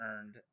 earned